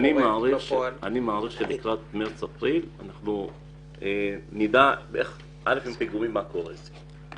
אני מעריך שלקראת מרץ אפריל אנחנו נדע מה קורה עם עניין הפיגומים,